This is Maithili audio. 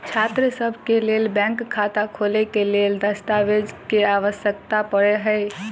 छात्रसभ केँ लेल बैंक खाता खोले केँ लेल केँ दस्तावेज केँ आवश्यकता पड़े हय?